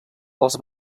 els